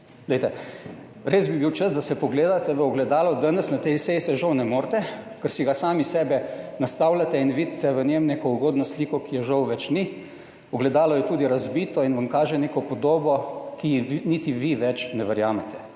res bi bil čas, da se pogledate v ogledalo, danes na tej seji se žal ne morete, ker si ga sami sebe nastavljate in vidite v njem neko ugodno sliko, ki je žal več ni, ogledalo je tudi razbito in vam kaže neko podobo, ki ji niti vi več ne verjamete,